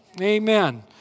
Amen